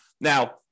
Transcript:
Now